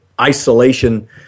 isolation